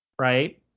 right